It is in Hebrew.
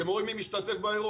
אתם רואים מי משתתף באירוע,